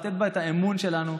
לתת בה את האמון שלנו,